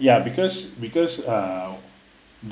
ya because because err